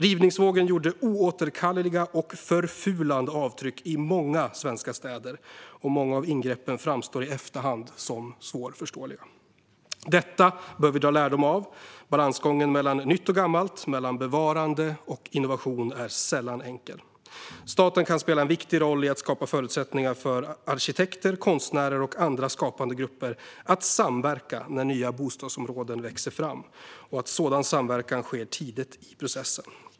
Rivningsvågen gjorde oåterkalleliga och förfulande avtryck i många svenska städer, och många av ingreppen framstår i efterhand som svårförståeliga. Detta bör vi dra lärdom av. Balansgången mellan nytt och gammalt, mellan bevarande och innovation, är sällan enkel. Staten kan spela en viktig roll i att skapa förutsättningar för arkitekter, konstnärer och andra skapande grupper att samverka när nya bostadsområden växer fram och när det gäller att sådan samverkan sker tidigt i processen.